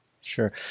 Sure